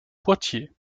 poitiers